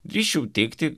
drįsčiau teigti